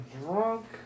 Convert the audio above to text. drunk